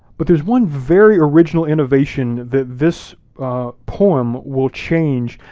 but there's one very original innovation that this poem will change,